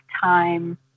time